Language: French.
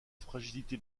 fragilité